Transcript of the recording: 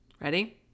Ready